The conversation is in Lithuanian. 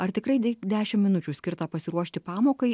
ar tikrai dai dešim minučių skirta pasiruošti pamokai